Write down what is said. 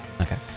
Okay